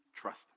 trust